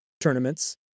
tournaments